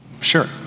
Sure